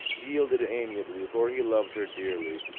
yielded amiably, for he loved her dearly.